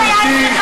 גברתי היושבת-ראש,